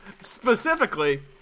Specifically